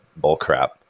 bullcrap